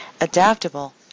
adaptable